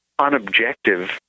unobjective